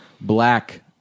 black